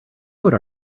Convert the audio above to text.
would